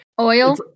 Oil